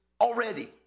already